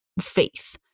faith